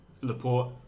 Laporte